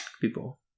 people